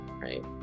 right